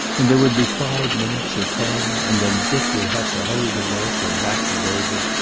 and there would be five minutes, or ten. and then dick would have to hurry to work, or back to david.